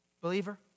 believer